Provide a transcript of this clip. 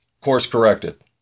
course-corrected